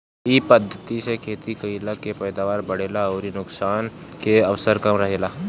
इ पद्धति से खेती कईला में पैदावार बढ़ेला अउरी नुकसान के अवसर कम रहेला